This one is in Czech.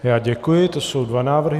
Já děkuji, to jsou dva návrhy.